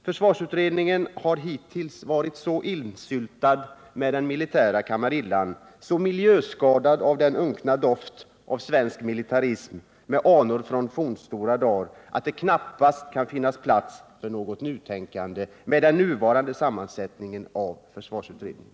Försvarsutredningen har hittills varit så insyltad med den militära kamarillan, så miljöskadad av den unkna doften av svensk militarism med anor från fornstora da'r att det knappast kan finnas plats för något nytänkande med den nuvarande sammansättningen av försvarsutredningen.